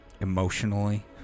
emotionally